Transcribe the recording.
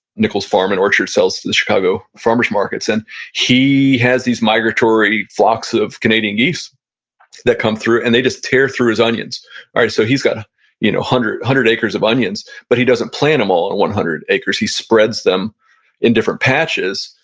nichols farm and orchard sells to the chicago farmer's markets and he has these migratory flocks of canadian geese that come through and they just tear through his onions so he's got ah you know one hundred acres of onions, but he doesn't plant them all on one hundred acres. he spreads them in different patches.